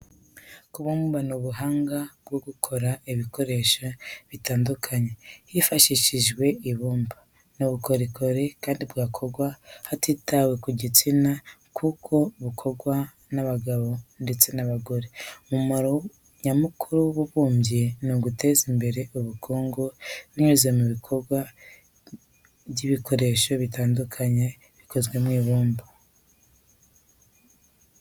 Kubumba ni ubuhanga bwo gukora ibikoresho bitandukanye hifashishijwe ibumba. Ni ubukorikori kandi bwakorwa hatitawe ku gitsina kuko bukorwa n'abagabo ndetse n'abagore. Umumaro nyamukuru w'ububumbyi ni uguteza imbere ubukungu binyuze mu ikorwa ry'ibikoresho bitandukanye bikoze mu ibumba.